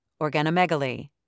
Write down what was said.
organomegaly